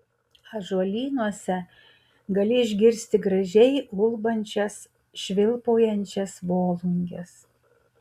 ąžuolynuose gali išgirsti gražiai ulbančias švilpaujančias volunges